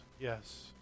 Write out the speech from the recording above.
yes